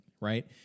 right